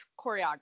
choreography